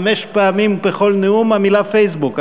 חמש פעמים בכל נאום מופיעה המילה פייסבוק.